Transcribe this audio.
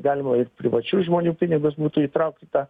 galima ir privačių žmonių pinigus būtų įtraukt į tą